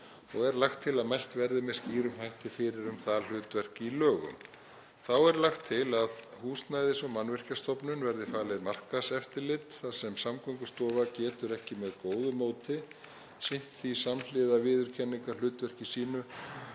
og er lagt til að mælt verði með skýrum hætti fyrir um það hlutverk í lögum. Þá er lagt til að Húsnæðis- og mannvirkjastofnun verði falið markaðseftirlit þar sem Samgöngustofa getur ekki með góðu móti sinnt því samhliða viðurkenningarhlutverki sínu